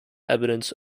evidence